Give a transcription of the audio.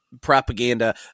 propaganda